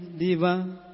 divine